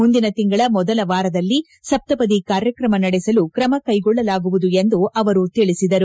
ಮುಂದಿನ ತಿಂಗಳ ಮೊದಲ ವಾರದಲ್ಲಿ ಸಪ್ತಪದಿ ಕಾರ್ಯತ್ರಮ ನಡೆಸಲು ಕ್ರಮ ಕೈಗೊಳ್ಳಲಾಗುವುದು ಎಂದು ಅವರು ತಿಳಿಸಿದರು